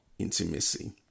intimacy